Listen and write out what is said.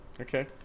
Okay